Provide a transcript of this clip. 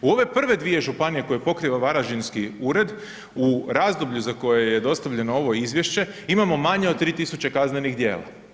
U ove prve dvije županije koje pokriva varaždinski ured, u razdoblju za koje je dostavljeno ovo izvješće, imamo manje od 3000 kaznenih djela.